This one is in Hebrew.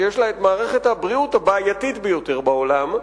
שיש לה מערכת הבריאות הבעייתית ביותר בעולם,